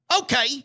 Okay